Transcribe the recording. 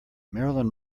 marilyn